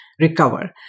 recover